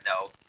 no